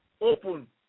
open